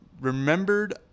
Remembered